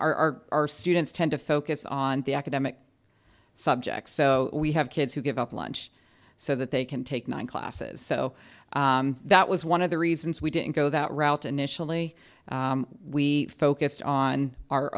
are our students tend to focus on the academic subjects so we have kids who give up lunch so that they can take nine classes so that was one of the reasons we did go that route initially we focused on our